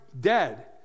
dead